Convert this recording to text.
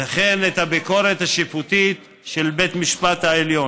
וכן את הביקורת השיפוטית של בית המשפט העליון.